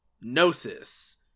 Gnosis